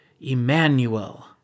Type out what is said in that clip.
Emmanuel